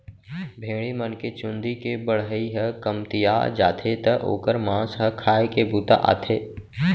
भेड़ी मन के चूंदी के बढ़ई ह कमतिया जाथे त ओकर मांस ह खाए के बूता आथे